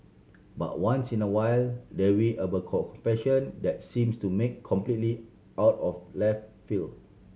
but once in a while there will a confession that seems to make completely out of left field